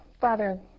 Father